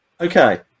Okay